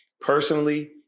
personally